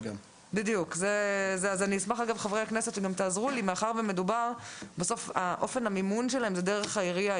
אני אשמח שתעזרו לי מאחר ומדובר במימון של עיריית אשדוד.